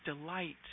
delight